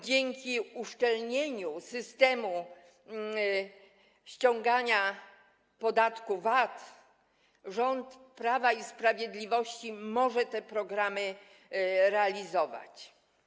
Dzięki uszczelnieniu systemu ściągania podatku VAT rząd Prawa i Sprawiedliwości może te programy realizować.